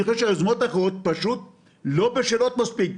אני חושב שהיוזמות האחרות פשוט לא בשלות מספיק.